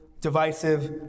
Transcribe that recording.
divisive